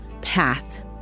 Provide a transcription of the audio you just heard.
path